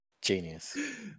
Genius